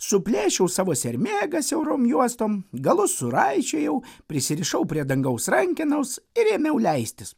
suplėšiau savo sermėgą siaurom juostom galus suraišiojau prisirišau prie dangaus rankenos ir ėmiau leistis